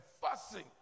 fussing